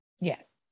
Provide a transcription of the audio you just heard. Yes